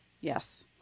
Yes